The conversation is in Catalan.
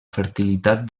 fertilitat